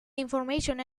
information